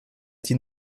die